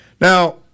Now